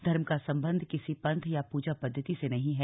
धर्म का सम्बन्ध किसी पंथ या पूजा पद्वति से नहीं है